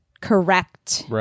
correct